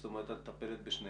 זאת אומרת את מטפלת בשניהם.